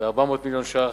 ב-400 מיליון ש"ח,